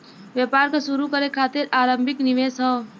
व्यापार क शुरू करे खातिर आरम्भिक निवेश हौ